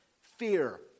Fear